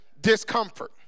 discomfort